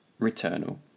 Returnal